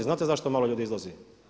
Znate zašto malo ljudi izlazi?